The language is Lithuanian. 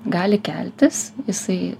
gali keltis jisai